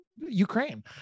Ukraine